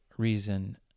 reason